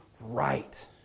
right